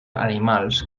animals